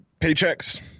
paychecks